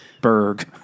Berg